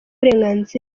uburenganzira